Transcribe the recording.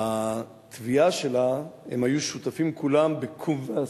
בטביעה שלה, הם היו שותפים כולם ב"קום ועשה",